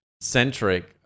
centric